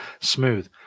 Smooth